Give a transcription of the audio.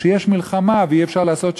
כשיש מלחמה ואי-אפשר לעשות שלום.